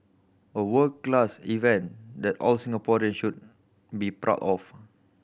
a world class event that all Singaporean should be proud of